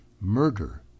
murder